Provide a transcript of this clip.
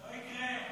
לא יקרה.